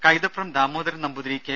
Kaithapram Damodaran Namboothiri K